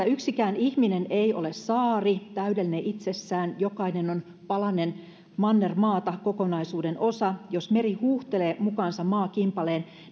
yksikään ihminen ei ole saari täydellinen itsessään jokainen on palanen mannermaata kokonaisuuden osa jos meri huuhtelee mukaansa maakimpaleen